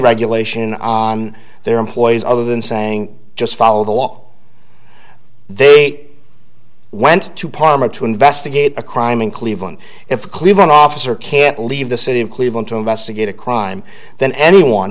regulation on their employees other than saying just follow the law they went to parma to investigate a crime in cleveland if a cleveland officer can't leave the city in cleveland to investigate a crime then anyone